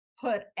put